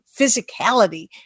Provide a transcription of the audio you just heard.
physicality